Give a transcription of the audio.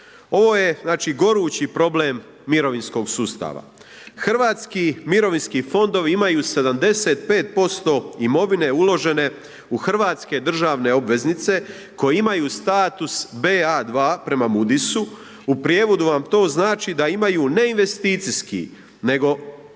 Ovo je znači gorući problem mirovinskog sustava. Hrvatski mirovinski fondovi imaju 75% imovine uložene u hrvatske državne obveznice koje imaju status BA2 prema Mudis-u, u prijevodu vam to znači da imaju ne investicijski nego